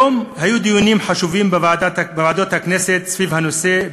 היום היו דיונים חשובים בוועדות הכנסת סביב הנושא,